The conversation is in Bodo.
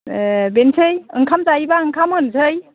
दे बेनोसै ओंखाम जायोब्ला ओंखाम होनोसै